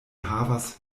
havas